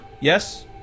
Yes